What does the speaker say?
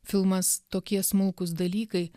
filmas tokie smulkūs dalykai